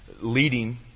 leading